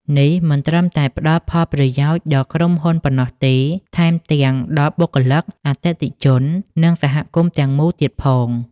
នេះមិនត្រឹមតែផ្ដល់ផលប្រយោជន៍ដល់ក្រុមហ៊ុនប៉ុណ្ណោះទេ ថែមទាំងដល់បុគ្គលិក អតិថិជន និងសហគមន៍ទាំងមូលទៀតផង។